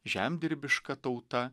žemdirbiška tauta